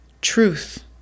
truth